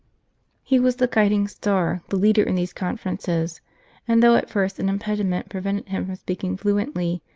he was the guiding star, the leader in these conferences and though at first an impediment prevented him from speak ing fluently,